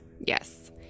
yes